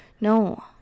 No